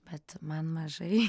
bet man mažai